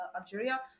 Algeria